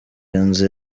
inzu